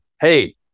hey